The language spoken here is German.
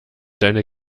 deine